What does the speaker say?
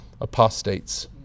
apostates